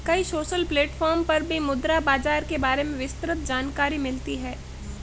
कई social platform पर भी मुद्रा बाजार के बारे में विस्तृत जानकरी मिलती है